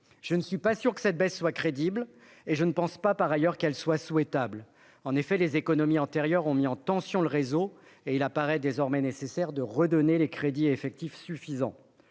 Je ne suis pas sûr que cette baisse soit crédible, et je ne pense pas qu'elle soit souhaitable. En effet, les économies antérieures ont mis en tension le réseau et il apparaît désormais nécessaire de redonner les crédits et les effectifs suffisants